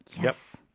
Yes